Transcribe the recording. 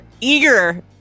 eager